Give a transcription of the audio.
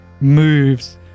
moves